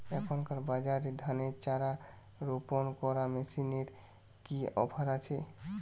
এখনকার বাজারে ধানের চারা রোপন করা মেশিনের কি অফার আছে?